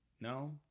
No